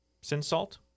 Sin-salt